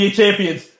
champions